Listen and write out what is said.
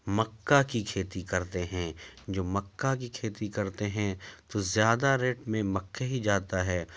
مکا کی کھیتی کرتے ہیں جو مکا کی کھیتی کرتے ہیں تو زیادہ ریٹ میں مکا ہی جاتا ہے